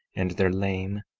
and their lame,